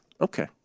Okay